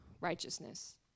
righteousness